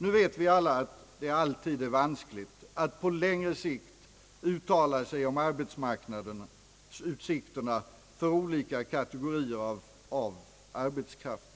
Nu vet vi alla att det alltid är vanskligt att på längre sikt uttala sig om arbetsmarknadsutsikterna för olika kategorier av